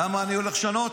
למה אני הולך לשנות?